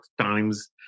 times